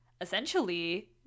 essentially